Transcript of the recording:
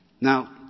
Now